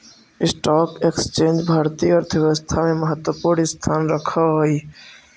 stock exchange भारतीय अर्थव्यवस्था में महत्वपूर्ण स्थान रखऽ हई